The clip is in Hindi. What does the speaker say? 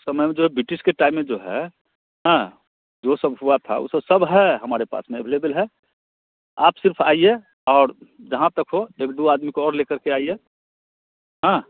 समय में जो बिटिश के टाइम में जो है हाँ जो सब हुआ था वह सो सब है हमारे पास में एवलेबल है आप सिर्फ़ आइए और जहाँ तक हो एक दो आदमी को और ले कर के आइए हाँ